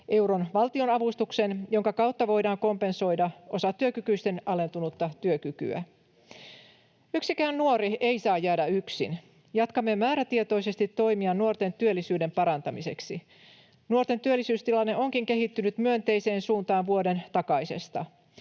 euron valtionavustuksen, jonka kautta voidaan kompensoida osatyökykyisten alentunutta työkykyä. Yksikään nuori ei saa jäädä yksin. Jatkamme määrätietoisesti toimia nuorten työllisyyden parantamiseksi. Nuorten työllisyystilanne onkin kehittynyt myönteiseen suuntaan vuoden takaisesta.